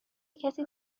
کسی